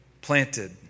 planted